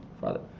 Father